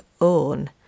own